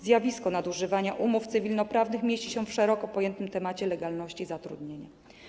Zjawisko nadużywania umów cywilnoprawnych mieści się w szeroko pojętym temacie legalności zatrudnienia.